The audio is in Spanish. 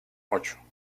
ocho